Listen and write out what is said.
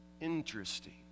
Interesting